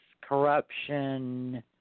corruption